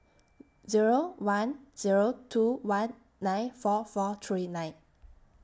Zero one Zero two one nine four four three nine